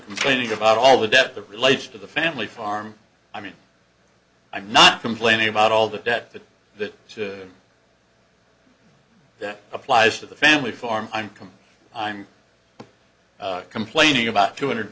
complaining about all the depth of relates to the family farm i mean i'm not complaining about all the debt that that to that applies to the family farm i'm i'm coming complaining about two hundred